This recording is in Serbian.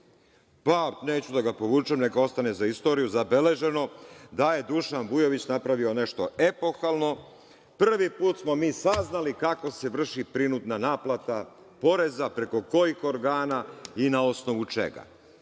Neću da ga povučem. Neka ostane za istoriju zabeleženo da je Dušan Vujović napravio nešto epohalno. Prvi put smo mi saznali kako se vrši ova prinudna naplata poreza, preko kojih organa i na osnovu čega. Kada